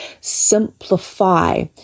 Simplify